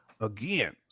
again